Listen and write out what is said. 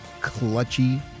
clutchy